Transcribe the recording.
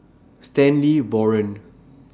Stanley Warren